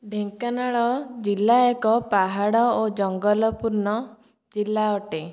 ଢେଙ୍କାନାଳ ଜିଲ୍ଲା ଏକ ପାହାଡ଼ ଓ ଜଙ୍ଗଲପୂର୍ଣ୍ଣ ଜିଲ୍ଲା ଅଟେ